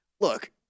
look